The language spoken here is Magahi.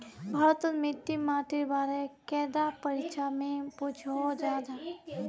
भारत तोत मिट्टी माटिर बारे कैडा परीक्षा में पुछोहो जाहा जाहा?